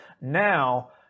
now